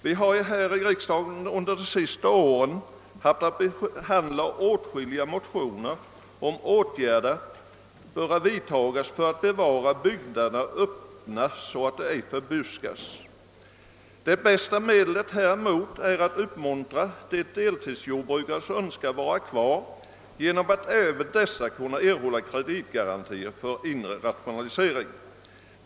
Vi har här i riksdagen under de senaste åren haft att behandla åtskilliga motioner om åtgärder för att bevara bygderna öppna så att de ej förbuskas. Det bästa medlet häremot är att uppmuntra de deltidsjordbrukare som önskar vara kvar genom att ge även dem möjlighet att erhålla kreditgarantier för rationalisering.